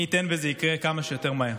מי ייתן וזה יקרה כמה שיותר מהר.